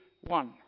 one